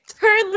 Turn